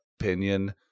opinion